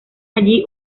allí